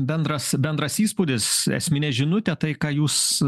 bendras bendras įspūdis esminė žinutė tai ką jūs